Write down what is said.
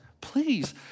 Please